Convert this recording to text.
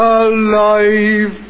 alive